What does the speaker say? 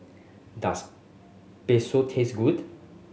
does Bakso taste good